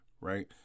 right